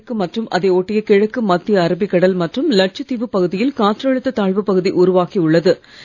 தென்கிழக்கு மற்றும் அதை ஒட்டிய கிழக்கு மத்திய அரபிக் கடல் மற்றும் லட்சத்தீவுப் பகுதியில் காற்றழுத்தத் தாழ்வுப் பகுதி உருவாகி உள்ளது